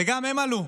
וגם הן עלו.